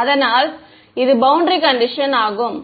அதனால் இது boundary condition ஆகும்